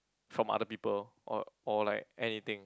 from other people or or like anything